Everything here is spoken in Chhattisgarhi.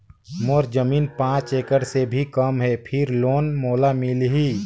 मोर जमीन पांच एकड़ से भी कम है फिर लोन मोला मिलही?